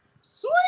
Sweet